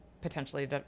potentially